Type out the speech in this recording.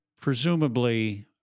presumably